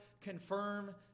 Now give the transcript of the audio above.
confirm